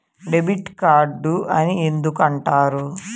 Debit card అని ఎందుకు అంటారు?